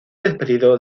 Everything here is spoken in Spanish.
despedido